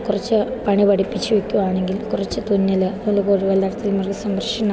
കുറച്ച് പണി പഠിപ്പിച്ച് വെക്കുകയാണെങ്കിൽ കുറച്ച് തുന്നൽ അതുപോലെ കോഴിവളർത്തൽ മൃഗസംരക്ഷണം